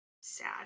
sad